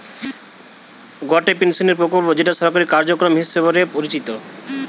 গটে পেনশনের প্রকল্প যেটো সরকারি কার্যক্রম হিসবরে পরিচিত